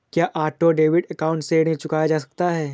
क्या auto debit account से ऋण चुकाया जा सकता है?